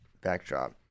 backdrop